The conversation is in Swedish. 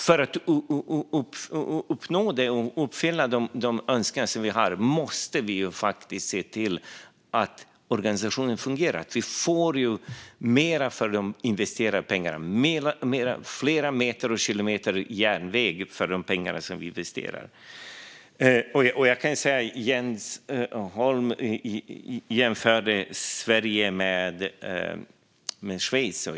För att uppnå dem måste vi se till att organisationen fungerar och att vi får mer för de investerade pengarna - fler meter och kilometer järnväg för de pengar som vi investerar. Jens Holm jämförde Sverige med Schweiz.